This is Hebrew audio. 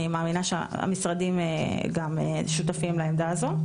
אני מאמינה שהמשרדים שותפים לעמדה הזאת.